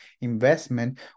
investment